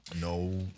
no